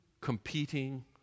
competing